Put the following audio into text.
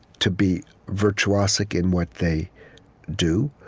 to be virtuosic in what they do,